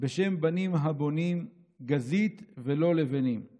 // בנים הבונים / גזית, לא לבנים /